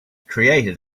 created